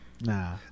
Nah